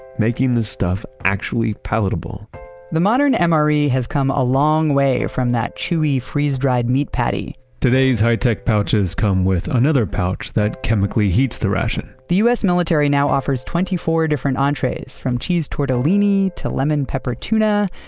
making this stuff actually palatable the modern mre has come a long way from that chewy freeze-dried meat patty today's high tech pouches come with another pouch that chemically heats the ration the us military now offers twenty four different entrees from cheese tortellini, to lemon pepper tuna,